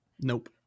Nope